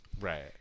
right